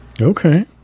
Okay